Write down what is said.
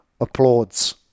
applauds